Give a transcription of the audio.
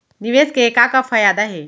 निवेश के का का फयादा हे?